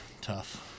tough